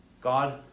God